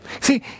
See